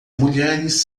mulheres